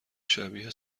شبیه